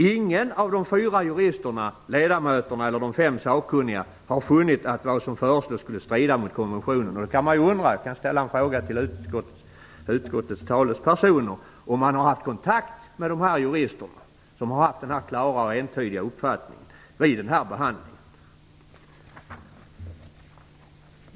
Ingen av de fyra juristerna, ledamöterna eller de fem sakkunniga har funnit att vad som föreslås skulle strida mot konventionen. Då kan man ju undra - jag kan ställa frågan till utskottets talespersoner - om man haft kontakt med de här juristerna som haft denna klara och entydiga uppfattning vid den här behandlingen.